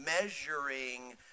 measuring